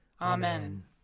Amen